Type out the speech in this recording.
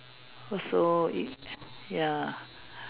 also it ya